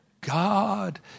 God